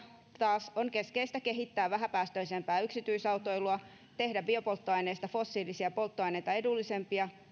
taas on keskeistä kehittää vähäpäästöisempää yksityisautoilua tehdä biopolttoaineista fossiilisia polttoaineita edullisempia